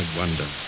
wonder